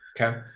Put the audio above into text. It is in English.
Okay